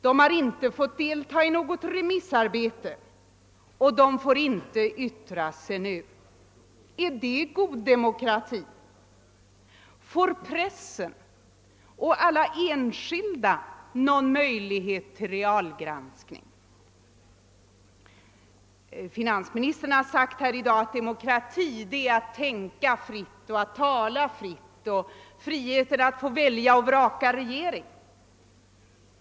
De har inte haft tillfälle delta i något remissarbete, och de får inte yttra sig nu. Är det god demokrati? Får pressen och alla enskilda någon möjlighet till realgranskning? Finansministern har i dag sagt att demokrati är rätten att tänka fritt och tala fritt och friheten att välja och vraka regering.